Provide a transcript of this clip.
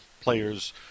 players